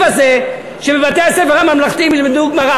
הזה שבבתי-הספר הממלכתיים ילמדו גמרא.